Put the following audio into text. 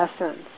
essence